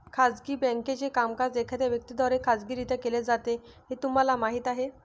खाजगी बँकेचे कामकाज एखाद्या व्यक्ती द्वारे खाजगीरित्या केले जाते हे तुम्हाला माहीत आहे